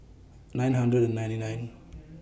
nine hundred and ninety nine